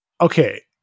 Okay